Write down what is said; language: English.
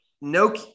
no